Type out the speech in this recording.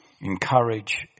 Encourage